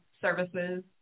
services